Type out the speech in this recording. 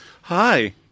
Hi